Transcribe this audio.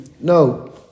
No